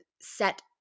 set